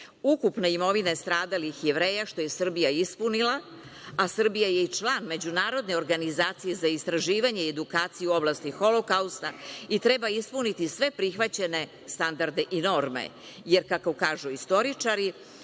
ukupne imovine stradalih Jevreja, što je Srbija ispunila, a Srbija je i član Međunarodne organizacije za istraživanje i edukaciju u oblasti Holokausta i treba ispuniti sve prihvaćene standarde i norme, jer kako kažu istoričari,